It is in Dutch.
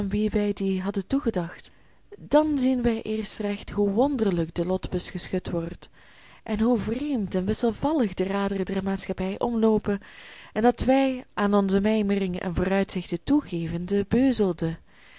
die hadden toegedacht dan zien wij eerst recht hoe wonderlijk de lotbus geschud wordt en hoe vreemd en wisselvallig de raderen der maatschappij omloopen en dat wij aan onze mijmeringen en vooruitzichten toegevende beuzelden